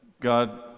God